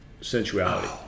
sensuality